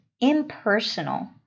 impersonal